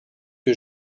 que